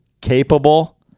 capable